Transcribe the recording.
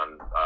on